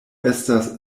estas